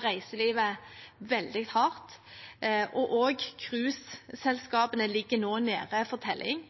reiselivet veldig hardt, og også cruiseselskapene ligger nå nede for telling.